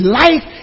life